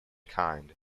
kind